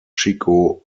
chico